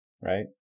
right